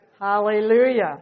Hallelujah